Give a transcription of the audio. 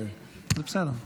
--- זה בסדר.